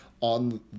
on